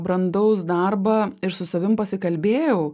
brandaus darbą ir su savim pasikalbėjau